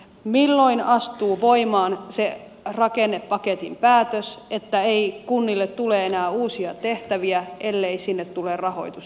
milloin astuu voimaan se rakennepaketin päätös että ei kunnille tule enää uusia tehtäviä ellei sinne tule rahoitusta mukana